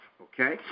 okay